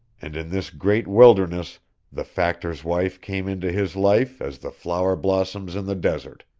and in this great wilderness the factor's wife came into his life as the flower blossoms in the desert.